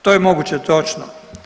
To je moguće, točno.